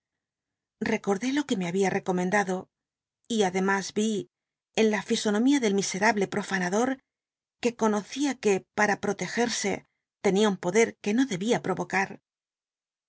recordé lo que me habia recomendado y aclemas vi en la fisonomía del miserable pofanado que conocia que para protegerse tenia un podet que no debia po